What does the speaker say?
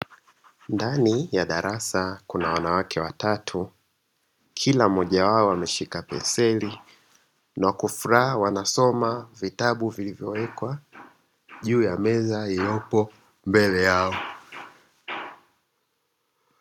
Ndani ya darasa kuna wanawake watatu, kila mmoja wao ameshika penseli, na kwa furaha wanasoma vitabu vilivyowekwa juu ya meza iliyopo mbele yao.